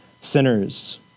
sinners